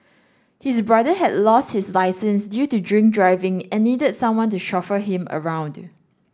his brother had lost his licence due to drink driving and needed someone to chauffeur him around